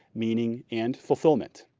meaning, and fulfillment.